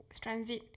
transit